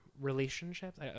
relationships